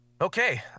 Okay